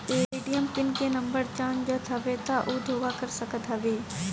ATM के pin number जान जात हवे तब उ धोखा कर सकत हवे